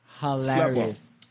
Hilarious